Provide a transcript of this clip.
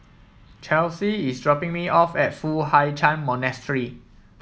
Chelsi is dropping me off at Foo Hai Ch'an Monastery